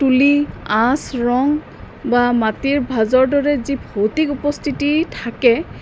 তুলি আচ ৰং বা মাটিৰ ভাজৰ দৰে যি ভৌতিক উপস্থিতি থাকে